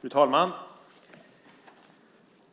Fru talman!